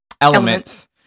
elements